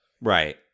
right